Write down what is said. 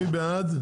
מי בעד?